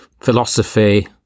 philosophy